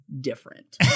different